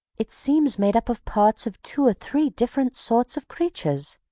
it seems made up of parts of two or three different sorts of creatures.